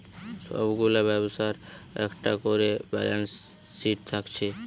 সব গুলা ব্যবসার একটা কোরে ব্যালান্স শিট থাকছে